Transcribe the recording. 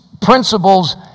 principles